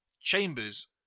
Chambers